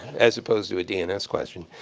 as opposed to a dns question.